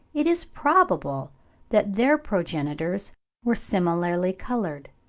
it is probable that their progenitors were similarly coloured.